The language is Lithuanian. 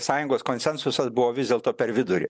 sąjungos konsensusas buvo vis dėlto per vidurį